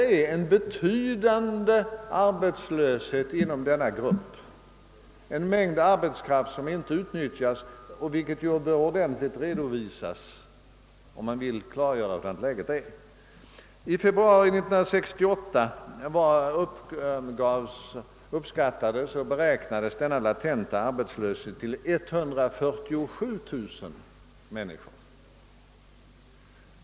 Inom denna »latenta» grupp finns tydligen en mängd arbetskraft som inte utnyttjas, vilket bör ordentligt redovisas om man vill klargöra arbetsmarknadsläget. I februari 1968 uppskattades denna latenta arbetslöshet omfatta 147 000 människor.